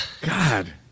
God